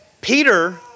Peter